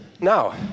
Now